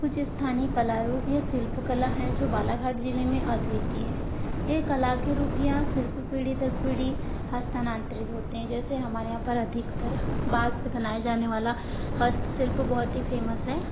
कुछ स्थानीय कला रूप या शिल्प कला हैं जो बालाघाट जिले में अद्वितीय है ये कला के रूप यहाँ शिल्प पीढ़ी दर पीढ़ी हस्तांतरित होते हैं जैसे हमारे यहाँ पर अधिकतर बांस से बनाए जाने वाला हस्त शिल्प बहुत ही फेमस है